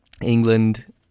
England